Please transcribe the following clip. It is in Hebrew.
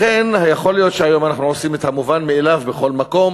לכן יכול להיות שהיום אנחנו עושים את המובן מאליו בכל מקום,